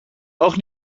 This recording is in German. auch